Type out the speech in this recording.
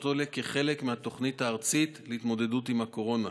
אלה חלק מהתוכנית הארצית להתמודדות עם הקורונה.